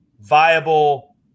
viable